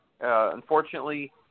unfortunately